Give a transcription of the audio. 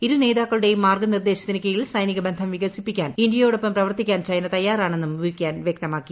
ഇരു നേതാക്കളുടേയും മാർഗ്ഗനിർദ്ദേശത്തിന് കീഴിൽ സൈനിക ബന്ധം വികസിപ്പിക്കാൻ ഇന്ത്യയോടൊപ്പം പ്രവർത്തിക്കാൻ ചൈന തയ്യാറാണെന്നും വു ക്യാൻ വ്യക്തമാക്കി